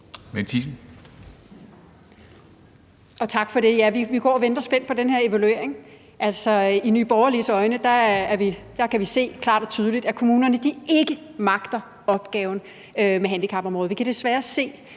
Mette Thiesen (NB): Tak for det. Ja, vi går og venter spændt på den her evaluering. Altså, i Nye Borgerlige kan vi se klart og tydeligt, at kommunerne ikke magter opgaven med handicapområdet. Vi kan desværre se,